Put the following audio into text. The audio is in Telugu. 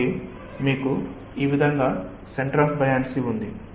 కాబట్టి మీకు ఈ విధంగా సెంటర్ ఆఫ్ బయాన్సీ ఉంది